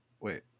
Wait